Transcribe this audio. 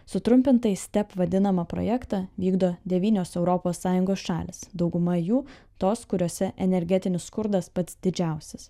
sutrumpintai step vadinamą projektą vykdo devynios europos sąjungos šalys dauguma jų tos kuriose energetinis skurdas pats didžiausias